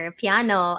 piano